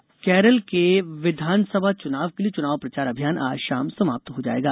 केरल विस चुनाव केरल में विधानसभा चुनाव के लिए चुनाव प्रचार अभियान आज शाम समाप्त हो जाएगा